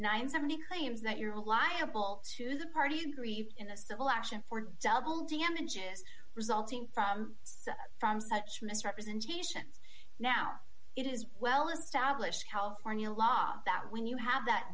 and seventy claims that you're liable to the party aggrieved in a civil action for double damages resulting from from such misrepresentation now it is well established california law that when you have that